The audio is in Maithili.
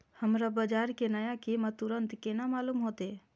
हमरा बाजार के नया कीमत तुरंत केना मालूम होते?